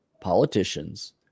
politicians